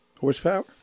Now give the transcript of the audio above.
Horsepower